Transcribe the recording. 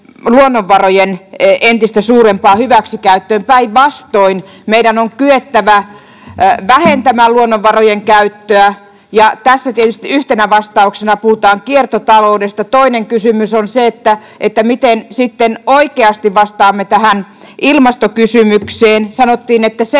entistä suurempaan hyväksikäyttöön. Päinvastoin meidän on kyettävä vähentämään luonnonvarojen käyttöä, ja tässä tietysti yhtenä vastauksena puhutaan kiertotaloudesta. Toinen kysymys on se, miten sitten oikeasti vastaamme ilmastokysymykseen. Sanottiin, että